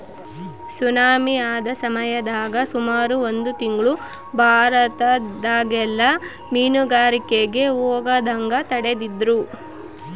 tsunami ಆದ ಸಮಯದಾಗ ಸುಮಾರು ಒಂದು ತಿಂಗ್ಳು ಭಾರತದಗೆಲ್ಲ ಮೀನುಗಾರಿಕೆಗೆ ಹೋಗದಂಗ ತಡೆದಿದ್ರು